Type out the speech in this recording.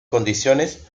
condiciones